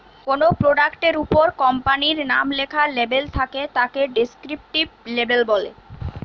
কোনো প্রোডাক্ট এর উপর কোম্পানির নাম লেখা লেবেল থাকে তাকে ডেস্ক্রিপটিভ লেবেল বলে